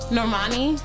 Normani